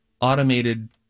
automated